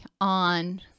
on